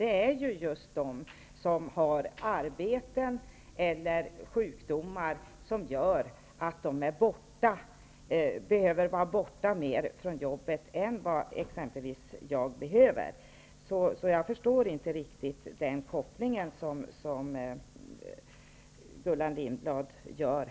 Det är de som har arbeten eller sjukdomar som gör att de behöver vara borta mer från jobbet än vad exempelvis jag behöver. Jag förstår inte riktigt den koppling som Gullan Lindblad här gör.